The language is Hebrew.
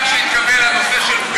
צריך לעלות משם?